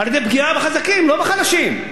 על-ידי פגיעה בחזקים, לא בחלשים.